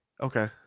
Okay